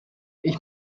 ich